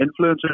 influencers